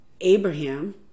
Abraham